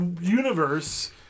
universe